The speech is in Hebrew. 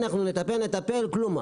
נטפל וכלום.